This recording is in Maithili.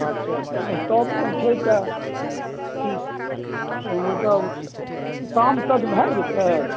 अच्छा अच्छा स्टॉक मे छै तऽ शाम तक भय जेतै